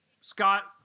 Scott